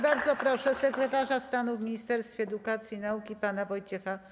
Bardzo proszę sekretarza stanu w Ministerstwie Edukacji i Nauki pana Wojciecha